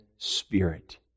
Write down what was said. Spirit